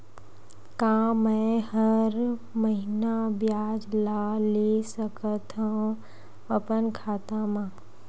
का मैं हर महीना ब्याज ला ले सकथव अपन खाता मा?